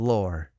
Lore